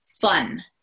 fun